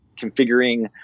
configuring